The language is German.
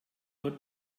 nur